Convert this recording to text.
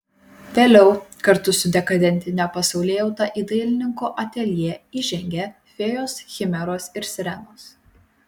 vėliau kartu su dekadentine pasaulėjauta į dailininkų ateljė įžengė fėjos chimeros ir sirenos